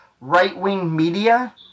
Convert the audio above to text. right-wing-media